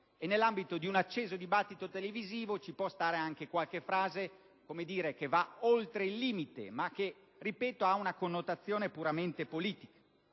e nell'ambito di un acceso dibattito televisivo ci può stare anche qualche frase che va oltre il limite, ma che - ripeto - ha una connotazione puramente politica.